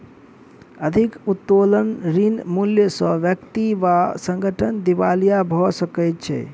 अधिक उत्तोलन ऋण मूल्य सॅ व्यक्ति वा संगठन दिवालिया भ सकै छै